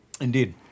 Indeed